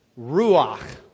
Ruach